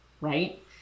Right